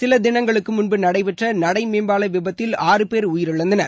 சில தினங்களுக்கு முன்பு நடைபெற்ற நடை மேம்பால விபத்தில் ஆறு பேர் உயிரிழந்தனர்